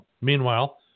Meanwhile